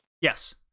Yes